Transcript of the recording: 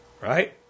right